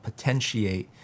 potentiate